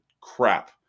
crap